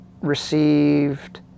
received